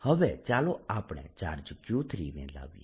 હવે ચાલો આપણે ચાર્જ Q3 ને લાવીએ